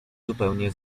zupełnie